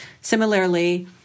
Similarly